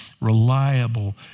reliable